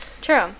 true